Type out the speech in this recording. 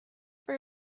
for